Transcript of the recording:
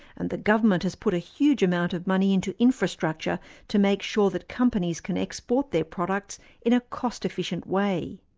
and the government has put a huge amount of money into infrastructure to make sure that companies can export their products in a cost efficient way.